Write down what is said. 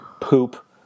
poop